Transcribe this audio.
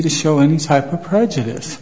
to show any type of prejudice